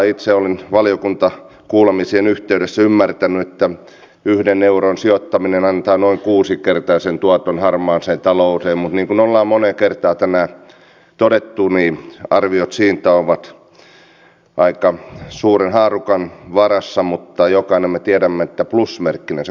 itse olen valiokuntakuulemisien yhteydessä ymmärtänyt että yhden euron sijoittaminen harmaan talouden torjuntaan antaa noin kuusinkertaisen tuoton mutta niin kuin me olemme moneen kertaan tänään todenneet arviot siitä ovat aika suuren haarukan varassa mutta jokainen me tiedämme että plusmerkkinen se kuitenkin on